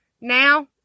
Now